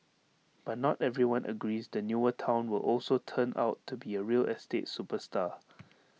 but not everyone agrees the newer Town will also turn out to be A real estate superstar